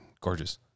Gorgeous